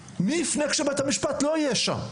מי יעשה את זה כשבית המשפט לא יהיה שם?